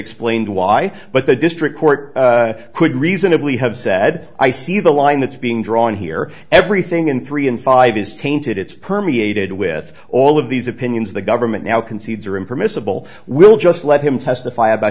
explained why but the district court could reasonably have said i see the line that's being drawn here everything in three and five is tainted it's permeated with all of these opinions the government now concedes are impermissible we'll just let him testify about